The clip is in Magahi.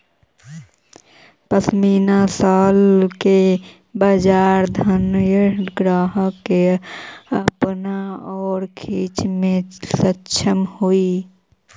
पशमीना शॉल के बाजार धनाढ्य ग्राहक के अपना ओर खींचे में सक्षम हई